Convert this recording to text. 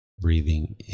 breathing